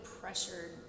pressured